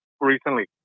recently